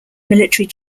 military